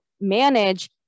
manage